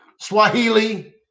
Swahili